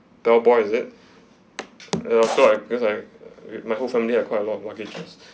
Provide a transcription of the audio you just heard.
bell boy is it and also because like err my whole family have quite a lot of luggages